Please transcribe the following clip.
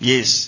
Yes